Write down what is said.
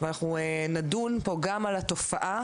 ואנחנו נדון פה גם על התופעה,